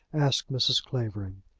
asked mrs. clavering.